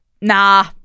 Nah